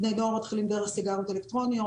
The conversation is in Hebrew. בני נוער מתחילים דרך סיגריות אלקטרוניות,